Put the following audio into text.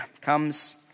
comes